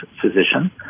physician